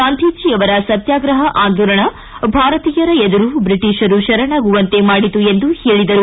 ಗಾಂಧೀಜಿಯವರ ಸತ್ಪಾಗ್ರಹ ಆಂದೋಲನ ಭಾರತೀಯರ ಎದುರು ಬ್ರಿಟಿಷರು ಶರಣಾಗುವಂತೆ ಮಾಡಿತು ಎಂದು ಹೇಳಿದರು